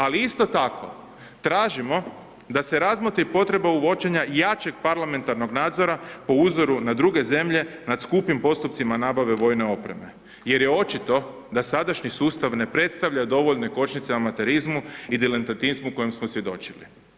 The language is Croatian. Ali isto tako tražimo da se razmotri potreba uvođenja jačeg parlamentarnog nadzora po uzoru na druge zemlje nad skupim postupcima nabave vojne opreme, jer je očito da sadašnji sustav ne predstavlja dovoljne kočnice amaterizmu i diletantizmu kojem smo svjedočili.